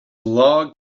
log